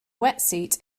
wetsuit